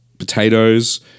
potatoes